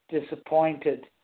disappointed